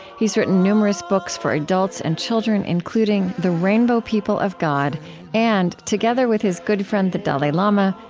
he has written numerous books for adults and children, including the rainbow people of god and, together with his good friend the dalai lama,